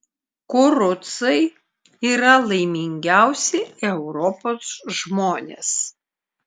kurucai yra laimingiausi europos žmonės